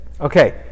Okay